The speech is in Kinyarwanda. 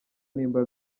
niba